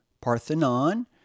parthenon